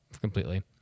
completely